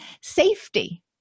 safety